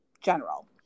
general